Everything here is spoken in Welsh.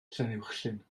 llanuwchllyn